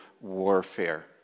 warfare